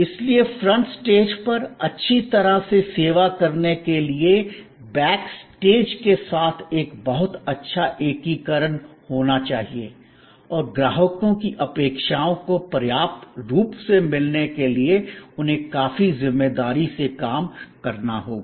इसलिए front stage पर अच्छी तरह से सेवा करने के लिए बैक स्टेज के साथ एक बहुत अच्छा एकीकरण होना चाहिए और ग्राहकों की अपेक्षाओं को पर्याप्त रूप से मिलने के लिए उन्हें काफी जिम्मेदारी से काम करना होगा